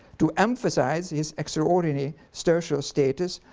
to emphasize his extraordinary social status